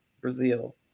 Brazil